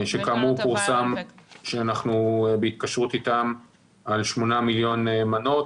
שכאמור פורסם שאנחנו בהתקשרות איתם על 8 מיליון מנות,